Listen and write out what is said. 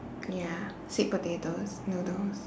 ya sweet potatoes noodles